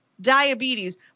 diabetes